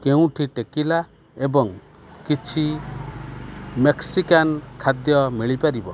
କେଉଁଠି ଟେକିଲା ଏବଂ କିଛି ମେକ୍ସିକାନ୍ ଖାଦ୍ୟ ମିଳି ପାରିବ